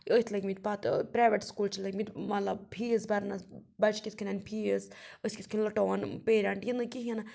أتھۍ لٔگۍ مٕتۍ پَتہٕ پرٛایویٹ سکوٗل چھِ لٔگۍ مٕتۍ مطلب فیٖس برنَس بَچہِ کِتھ کٔنۍ اَنہِ فیٖس أسۍ کِتھ کٔنۍ لُٹووَن پیرَنٛٹ یہِ نہٕ کِہیٖنۍ نہٕ